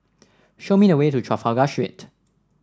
show me the way to Trafalgar Street